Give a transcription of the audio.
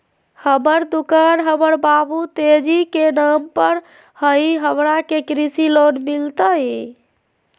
हमर दुकान हमर बाबु तेजी के नाम पर हई, हमरा के कृषि लोन मिलतई?